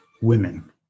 women